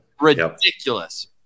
Ridiculous